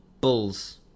Bulls